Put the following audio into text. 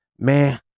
Man